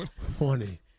funny